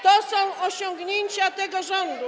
To są osiągnięcia tego rządu.